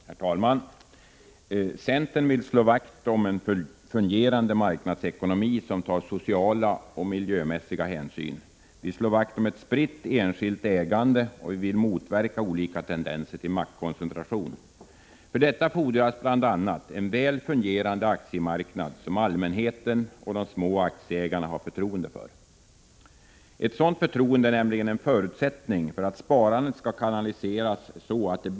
Herr talman! Centern vill slå vakt om en fungerande marknadsekonomi som tar sociala och miljömässiga hänsyn. Vi slår vakt om ett spritt enskilt ägande, och vi vill motverka olika tendenser till maktkoncentration. För detta fordras bl.a. en väl fungerande aktiemarknad som allmänheten och de mindre aktieägarna har förtroende för. Ett sådant förtroende är nämligen en förutsättning för att sparandet skall kanaliseras så att det bidrar till att —- Prot.